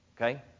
okay